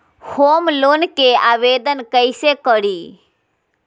Home loan के आवेदन कैसे करि?